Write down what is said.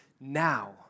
now